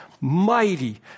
mighty